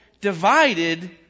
divided